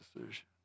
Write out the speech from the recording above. decision